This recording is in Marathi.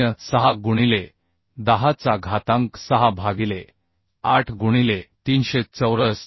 06 गुणिले 10 चा घातांक 6 भागिले 8 गुणिले 300 चौरस 83